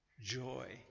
joy